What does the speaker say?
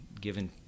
given